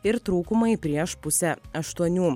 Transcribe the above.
ir trūkumai prieš pusę aštuonių